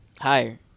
Higher